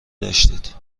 داشتید